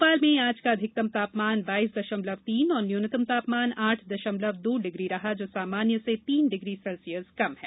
भोपाल में आज का अधिकतम तापमान बाइस दशमलव तीन और न्यूनतम तापमान आठ दशमलव दो डिग्री रहा जो सामान्य से तीन डिग्री सेल्सियस कम है